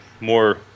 more